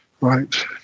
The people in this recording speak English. right